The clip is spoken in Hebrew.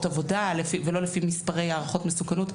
עבודה ולא לפי מספרי הערכות מסוכנות.